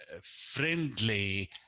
Friendly